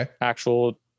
actual